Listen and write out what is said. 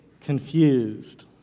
confused